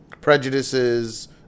prejudices